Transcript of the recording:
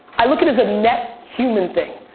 i look as a net human thing.